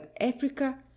africa